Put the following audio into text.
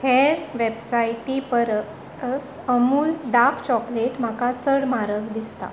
हेर वेबसायटीं परस अमूल डार्क चॉकलेट म्हाका चड म्हारग दिसता